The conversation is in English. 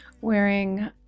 wearing